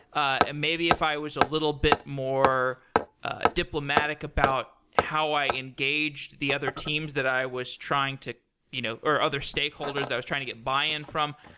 ah maybe if i was a little bit more ah diplomatic about how i engaged the other teams that i was trying to you know or other stakeholders that i was trying to get buy-in from.